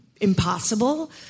impossible